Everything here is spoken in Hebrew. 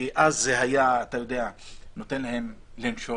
כי אז זה היה נותן להם לנשום,